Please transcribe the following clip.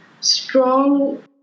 strong